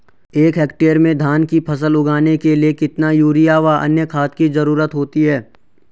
एक हेक्टेयर में धान की फसल उगाने के लिए कितना यूरिया व अन्य खाद की जरूरत होती है?